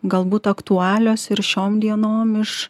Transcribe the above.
galbūt aktualios ir šiom dienom iš